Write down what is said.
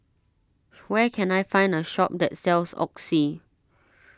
where can I find a shop that sells Oxy